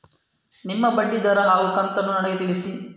ನಿಮ್ಮ ಬಡ್ಡಿದರ ಹಾಗೂ ಕಂತನ್ನು ನನಗೆ ತಿಳಿಸಿ?